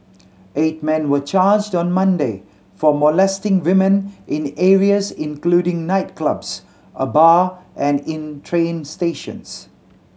eight men were charged on Monday for molesting women in areas including nightclubs a bar and in train stations